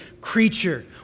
creature